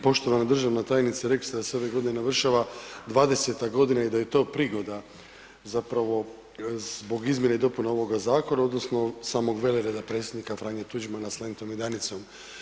Poštovana državna tajnice, rekli ste da se ov godine navršava 20 godina i da je to prigoda zapravo zbog izmjene i dopune ovoga zakona odnosno samog velereda Predsjednika Franje Tuđmana s lentom i Danicom.